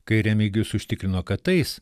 kai remigijus užtikrino kad tais